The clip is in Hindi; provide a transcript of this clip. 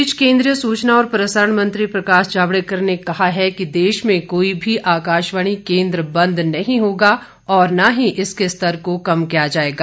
इस बीच केन्द्रीय सूचना और प्रसारण मंत्री प्रकाश जावड़ेकर ने कहा है कि देश में कोई भी आकाशवाणी केंद्र बंद नहीं होगा और न ही इसके स्तर को कम किया जाएगा